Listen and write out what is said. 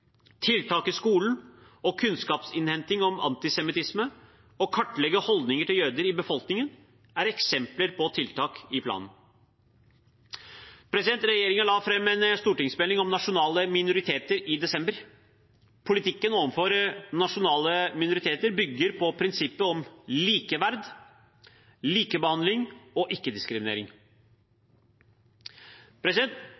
Tiltak i skolen, kunnskapsinnhenting om antisemittisme og kartlegging av holdninger til jøder i befolkningen er eksempler på tiltak i planen. Regjeringen la fram en stortingsmelding om nasjonale minoriteter i desember. Politikken overfor nasjonale minoriteter bygger på prinsippet om likeverd, likebehandling og